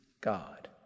God